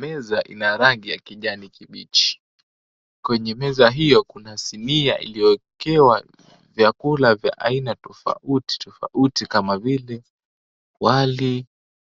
Meza ina rangi ya kijani kibichi. 𝐾𝑤enye meza hiyo kuna sinia iliyoekewa vyakula vya aina tofauti tofauti kama vile wali,